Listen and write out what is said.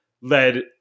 led